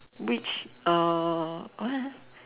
which uh what